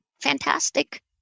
fantastic